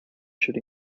should